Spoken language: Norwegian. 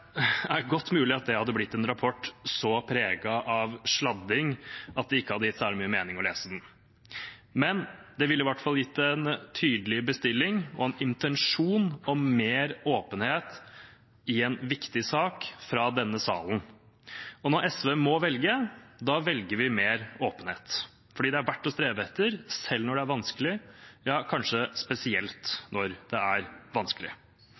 hadde blitt en rapport så preget av sladding at det ikke hadde gitt særlig mening å lese den, men det ville i hvert fall gitt en tydelig bestilling og en intensjon om mer åpenhet i en viktig sak fra denne salen. Og når SV må velge, da velger vi mer åpenhet, for det er verdt å strebe etter, selv når det er vanskelig, ja, kanskje spesielt når det er vanskelig.